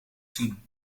zien